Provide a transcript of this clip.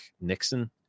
Nixon